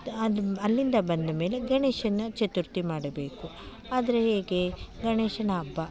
ಅದು ಅಲ್ಲಿಂದ ಬಂದಮೇಲೆ ಗಣೇಶನ ಚತುರ್ಥಿ ಮಾಡಬೇಕು ಆದರೆ ಹೇಗೆ ಗಣೇಶನ ಹಬ್ಬ